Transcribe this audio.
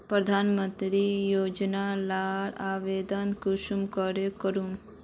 प्रधानमंत्री योजना लार आवेदन कुंसम करे करूम?